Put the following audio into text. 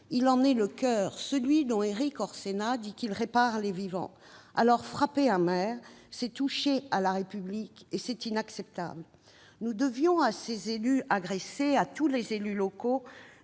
Il en est le coeur, celui dont Erik Orsenna dit qu'il « répare les vivants ». Frapper un maire, c'est toucher à la République, et c'est inacceptable ! Nous devons à ces élus agressés, à tous les élus locaux